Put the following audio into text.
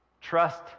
Trust